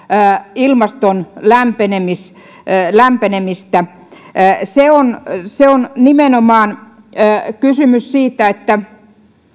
ilmaston lämpenemistä lämpenemistä on kysymys nimenomaan siitä että